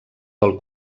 del